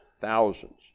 thousands